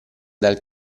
dal